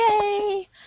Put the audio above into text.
Yay